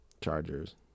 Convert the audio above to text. Chargers